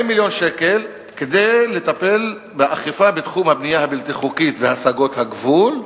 40 מיליון שקל כדי לטפל באכיפה בתחום הבנייה הבלתי-חוקית והסגות הגבול,